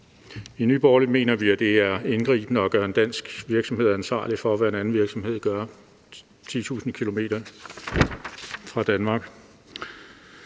I Nye Borgerlige mener vi, at det er indgribende at gøre en dansk virksomhed ansvarlig for, hvad en anden virksomhed gør 10.000 km fra Danmark.